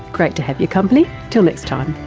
great to have your company, til next time